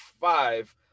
five